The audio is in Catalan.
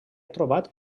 trobat